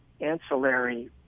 ancillary